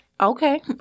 Okay